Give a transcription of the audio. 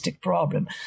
problem